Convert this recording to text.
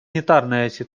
ситуация